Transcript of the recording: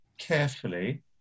carefully